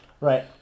Right